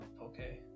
Okay